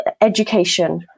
education